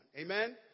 Amen